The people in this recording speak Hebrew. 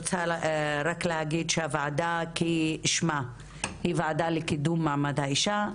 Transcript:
רק רוצה להגיד שהוועדה שלנו כשמה היא וועדה לקידום מעמד האישה,